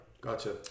Gotcha